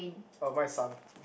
oh mine is sun